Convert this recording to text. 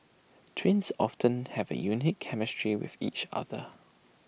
twins often have A unique chemistry with each other